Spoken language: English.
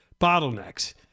bottlenecks